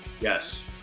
Yes